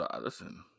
Listen